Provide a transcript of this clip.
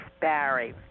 Barry